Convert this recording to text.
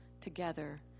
together